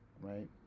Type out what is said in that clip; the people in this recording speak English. right